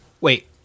Wait